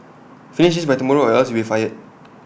finish this by tomorrow or else you'll be fired